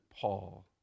Paul